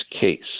case